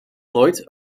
nooit